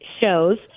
shows